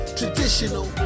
traditional